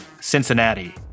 Cincinnati